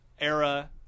Era